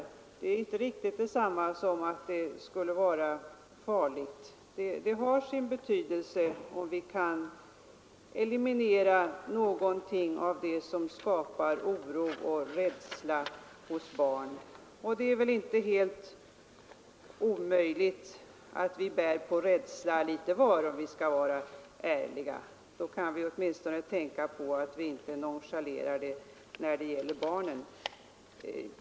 Det betyder inte riktigt detsamma som att det skulle vara farligt, men har sin betydelse om vi kan eliminera något av de ting som skapar oro och rädsla hos barn. Det är väl inte helt omöjligt att vi, om vi skall vara ärliga, litet var bär på rädsla, och då kan vi väl åtminstone tänka på att vi inte bör nonchalera rädslan hos barnen.